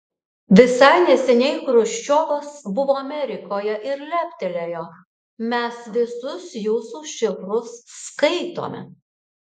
visai neseniai chruščiovas buvo amerikoje ir leptelėjo mes visus jūsų šifrus skaitome